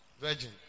Virgin